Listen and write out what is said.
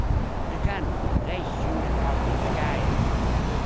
but the gun, they shoot as often as the guys do. yeah